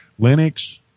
Linux